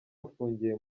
bafungiye